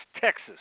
Texas